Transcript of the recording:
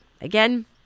Again